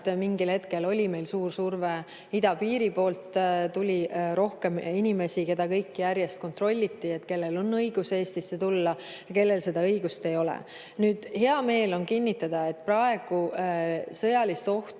mingil hetkel oli meil suur surve idapiiri poolt, tuli rohkem inimesi, keda kõiki järjest kontrolliti, et kellel on õigus Eestisse tulla ja kellel seda õigust ei ole. Nüüd, hea meel on kinnitada, et praegu sõjalist ohtu